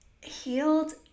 healed